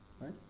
right